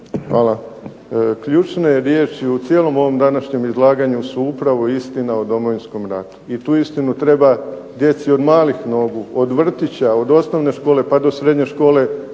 Hvala. Ključne riječi u cijelom ovom današnjem izlaganju su upravo istina o Domovinskom ratu i tu istinu treba djeci od malih nogu, od vrtića, od osnovne škole pa do srednje škole,